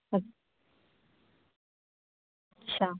अच्छा अच्छा